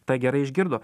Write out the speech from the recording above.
tą gerai išgirdo